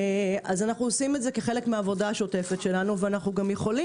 אז אנחנו עושים את זה כחלק מהעבודה השוטפת שלנו ואנחנו גם יכולים